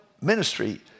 ministry